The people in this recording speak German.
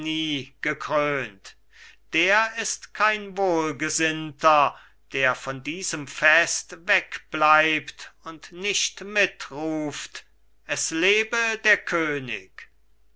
gekrönt der ist kein wohlgesinnter der von diesem fest wegbleibt und nicht mit ruft es lebe der könig